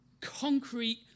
concrete